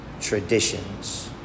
traditions